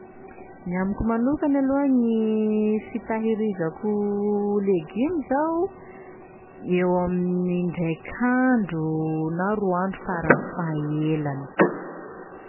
Ny amiko manokany aloha gny fitahirizako legioma zao eo amin'indraiky handro na roa andro faran'ny fahaelany.